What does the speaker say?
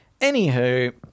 Anywho